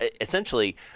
essentially